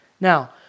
Now